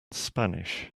spanish